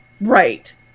right